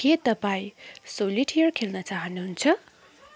के तपाईँ सोलिटेयर खेल्न चाहनुहुन्छ